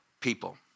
people